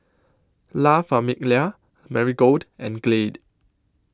La Famiglia Marigold and Glade